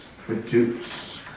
produce